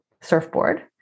surfboard